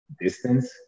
distance